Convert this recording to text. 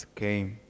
came